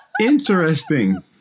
Interesting